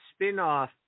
spinoff